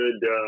good